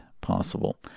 possible